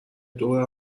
دور